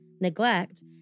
neglect